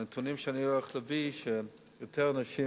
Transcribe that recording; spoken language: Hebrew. הנתונים שאני הולך להביא הם שיותר אנשים